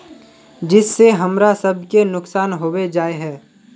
जिस से हमरा सब के नुकसान होबे जाय है?